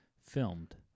filmed